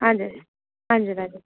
हजुर हजुर हजुर